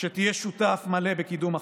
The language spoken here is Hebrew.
שתהיה שותף מלא בקידום החקיקה,